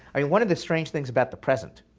i mean one of the strange things about the present